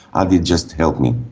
adi, just help me.